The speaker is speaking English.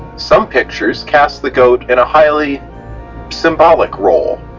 some pictures cast the goat in a highly symbolic role,